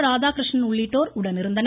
ராதாகிருஷ்ணன் உள்ளிட்டோர் உடனிருந்தனர்